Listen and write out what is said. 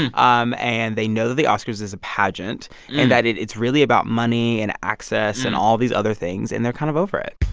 and um and they know the oscars is a pageant and that it's really about money and access and all these other things. and they're kind of over it